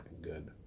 good